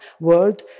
world